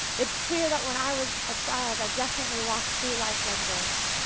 it's clear that when i was a child, i definitely walked through life like this.